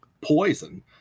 poison